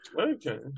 Okay